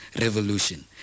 revolution